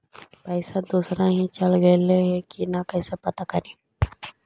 पैसा दुसरा ही चल गेलै की न कैसे पता करि?